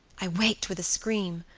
i waked with a scream.